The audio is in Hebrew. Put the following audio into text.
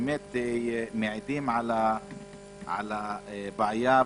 שמעידים על הבעיה,